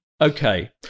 okay